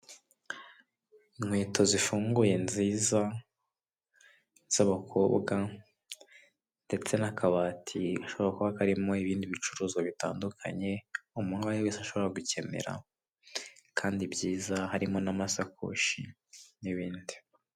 Inkweto zifunguye nziza z'abakobwa ndetse n'akabati hashobora kuba karimo ibindi bicuruzwa bitandukanye, umuntu uwo ari we wese ashobora gukenera kandi byiza, harimo n'amasakoshi n'ibindi.